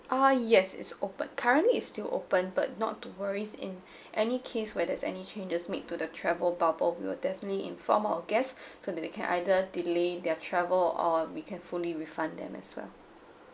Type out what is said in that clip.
uh yes it's open currently it's still open but not to worries in any case where there's any changes made to the travel bubble we will definitely inform our guest so that they can either delay their travel or we can fully refund them as well